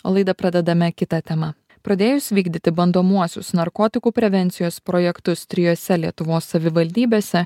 o laidą pradedama kita tema pradėjus vykdyti bandomuosius narkotikų prevencijos projektus trijuose lietuvos savivaldybėse